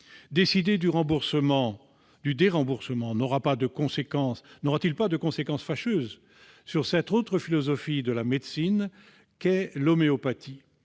Décider du déremboursement n'aura-t-il pas des conséquences fâcheuses sur cette autre philosophie de la médecine qu'est l'homéopathie ?